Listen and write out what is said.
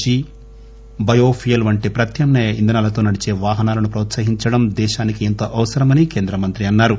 G biofuel వంటి ప్రత్యమ్నాయ ఇంధనాలతో నడిచే వాహనాలను ప్రోత్సహించడం దేశానికి ఎంతో అవసరమని కేంద్ర మంత్రి అన్నారు